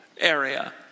area